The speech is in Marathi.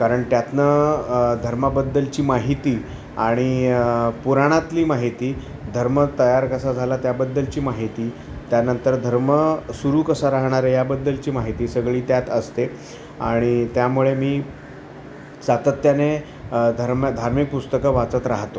कारण त्यातून धर्माबद्दलची माहिती आणि पुराणातली माहिती धर्म तयार कसा झाला त्याबद्दलची माहिती त्यानंतर धर्म सुरू कसा राहणार आहे याबद्दलची माहिती सगळी त्यात असते आणि त्यामुळे मी सातत्याने धर्म धार्मिक पुस्तकं वाचत राहतो